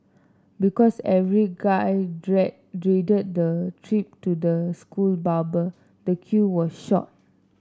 because every guy dreaded the trip to the school barber the queue was short